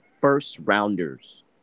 first-rounders